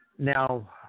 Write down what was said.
Now